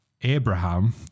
Abraham